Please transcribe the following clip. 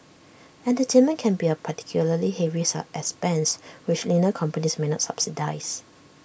entertainment can be A particularly heavy expense which leaner companies may not subsidise